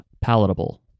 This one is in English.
palatable